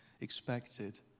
expected